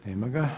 Nema ga.